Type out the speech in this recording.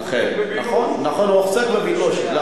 נכון, הוא עוסק בבילוש.